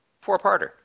Four-parter